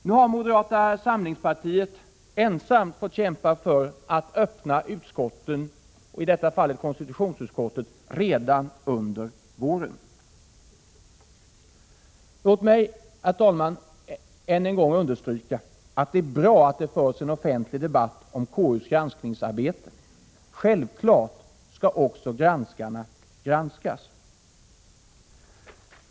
Nu har moderata samlingspartiet ensamt fått kämpa för att öppna utskotten — i detta fall konstitutionsutskottet — redan under våren. Låt mig, herr talman, än en gång understryka att det är bra att det förs en offentlig debatt om KU:s granskningsarbete. Självfallet skall också granskarna granskas.